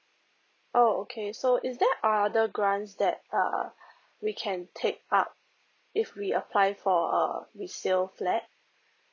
oh okay so is there other grants that err we can take up if we apply for a resale flat